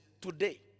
Today